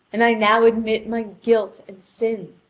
and i now admit my guilt and sin.